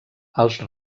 els